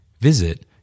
Visit